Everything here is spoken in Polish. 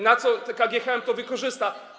na co KGHM to wykorzysta.